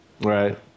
Right